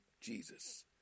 Jesus